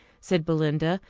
said belinda,